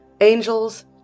Angels